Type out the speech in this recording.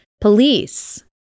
police